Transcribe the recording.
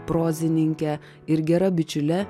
prozininke ir gera bičiule